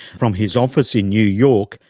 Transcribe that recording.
from his office in new york,